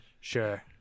Sure